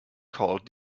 called